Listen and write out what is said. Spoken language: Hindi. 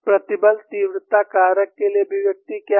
प्रतिबल तीव्रता कारक के लिए अभिव्यक्ति क्या है